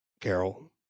Carol